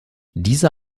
diese